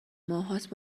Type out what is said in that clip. ماههاست